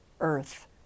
earth